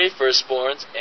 firstborns